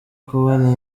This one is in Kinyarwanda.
kubona